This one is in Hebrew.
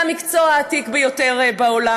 זה המקצוע העתיק ביותר בעולם.